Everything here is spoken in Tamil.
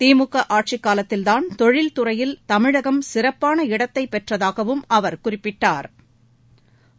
திமுக ஆட்சிக் காலத்தில்தான் தொழில்துறையில் தமிழகம் சிறப்பான இடத்தை பெற்றதாகவும் அவர் குறிப்பிட்டா்